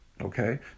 Okay